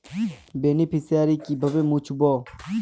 Beneficiary কিভাবে মুছব?